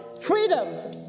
freedom